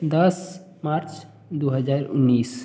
दस मार्च दो हजार उन्नीस